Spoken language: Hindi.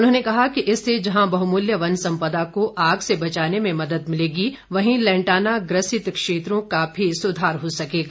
उन्होंने कहा कि इससे जहां बहुमूल्य वन सम्पदा आग को आग से बचाने में मदद मिलेगी वहीं लैंटाना ग्रसित क्षेत्रों का भी सुधार हो सकेगा